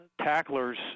tacklers